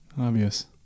obvious